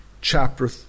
chapter